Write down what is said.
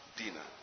dinner